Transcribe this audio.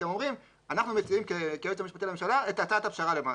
אתם אומרים 'אנחנו מציעים כיועץ המשפטי לממשלה את הצעת הפשרה למעשה'.